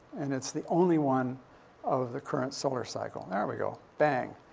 and it's the only one of the current solar cycle. there we go, bang.